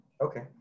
Okay